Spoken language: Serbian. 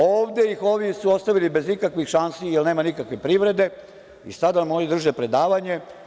Ovde su ih ovi ostavili bez ikakvih šansi, jer nema nikakve privrede i sad nam oni drže predavanje.